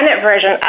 version